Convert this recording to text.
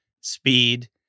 speed